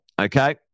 okay